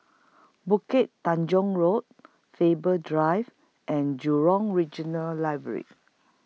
Bukit Tunggal Road Faber Drive and Jurong Regional Library